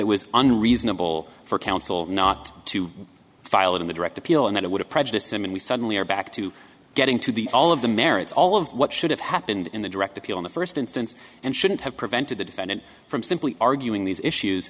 it was unreasonable for counsel not to file it in the direct appeal and that it would prejudice him and we suddenly are back to getting to the all of the merits all of what should have happened in the direct appeal in the first instance and shouldn't have prevented the defendant from simply arguing these issues